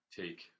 take